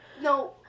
No